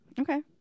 okay